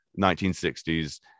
1960s